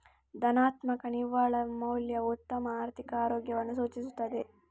ಧನಾತ್ಮಕ ನಿವ್ವಳ ಮೌಲ್ಯವು ಉತ್ತಮ ಆರ್ಥಿಕ ಆರೋಗ್ಯವನ್ನು ಸೂಚಿಸುತ್ತದೆ